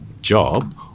job